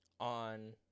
On